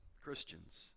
Christians